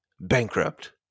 bankrupt